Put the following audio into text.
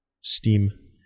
Steam